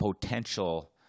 potential